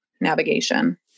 navigation